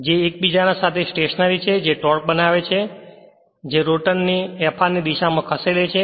જે એક બીજાના સાથે સ્ટેશનરી છે જે ટોર્ક બનાવે છે જે રોટર ને Fr ની દિશામાં ખસેડે છે